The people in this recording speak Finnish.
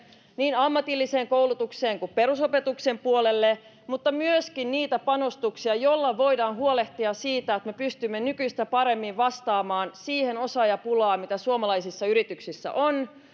niin ammatilliseen koulutukseen kuin perusopetuksen puolelle mutta myöskin niitä panostuksia joilla voidaan huolehtia siitä että me pystymme nykyistä paremmin vastaamaan siihen osaajapulaan mitä suomalaisissa yrityksissä on